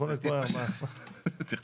שיהיה